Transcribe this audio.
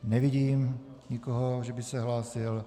Nevidím nikoho, že by se hlásil.